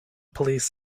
police